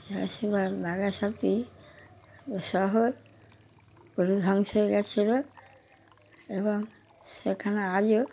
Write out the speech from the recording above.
Hiroshima Nagasaki ওই শহর পুরো ধ্বংস হয়ে গিয়েছিল এবং সেখানে আজও